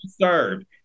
served